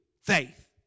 faith